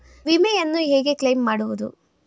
ವಿಮೆಯನ್ನು ಹೇಗೆ ಕ್ಲೈಮ್ ಮಾಡುವುದು?